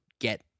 get